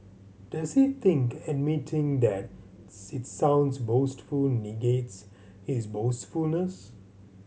does he think admitting that it sounds boastful negates his boastfulness